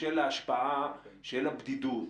של השפעה של הבדידות,